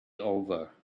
over